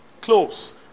close